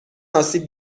آسیب